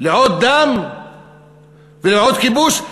לעוד דם ולעוד כיבוש?